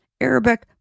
Arabic